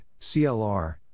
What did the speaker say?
CLR